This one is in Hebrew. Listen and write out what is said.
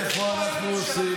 חד-צדדית, איפה אנחנו עושים?